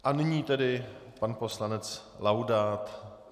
A nyní tedy pan poslanec Laudát.